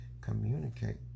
communicate